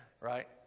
right